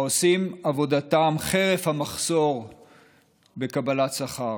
העושים את עבודתם חרף אי-קבלת שכר.